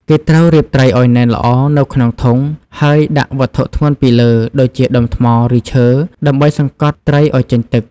គេត្រូវរៀបត្រីឱ្យណែនល្អនៅក្នុងធុង ហើយដាក់វត្ថុធ្ងន់ពីលើ ដូចជា ដុំថ្ម ឬឈើ ដើម្បីសង្កត់ត្រីឱ្យចេញទឹក។